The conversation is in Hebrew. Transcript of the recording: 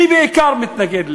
מי בעיקר מתנגד לזה?